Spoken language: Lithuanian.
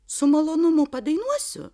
su malonumu padainuosiu